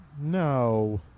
No